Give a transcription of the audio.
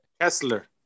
Kessler